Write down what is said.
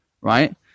right